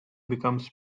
becomes